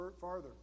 farther